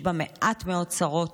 יש בה מעט מאוד נשים.